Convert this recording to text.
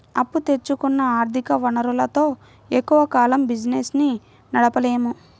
అప్పు తెచ్చుకున్న ఆర్ధిక వనరులతో ఎక్కువ కాలం బిజినెస్ ని నడపలేము